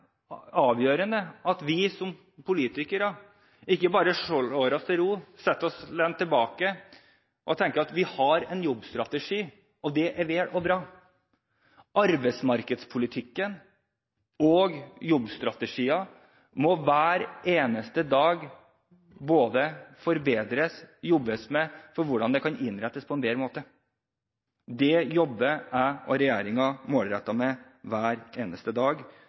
avgjørende at vi, som politikere, ikke bare slår oss til ro, lener oss tilbake og tenker at vi har en jobbstrategi, og det er vel og bra. Arbeidsmarkedspolitikken og jobbstrategier må hver eneste dag både forbedres og jobbes med for å se hvordan det kan innrettes på en bedre måte. Det jobber jeg og regjeringen målrettet med hver eneste dag,